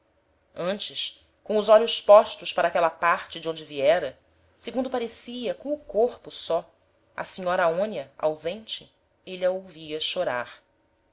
antes com os olhos postos para aquela parte d'onde viera segundo parecia com o corpo só á senhora aonia ausente êle a ouvia chorar